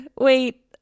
Wait